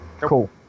Cool